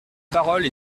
parole